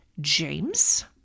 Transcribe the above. James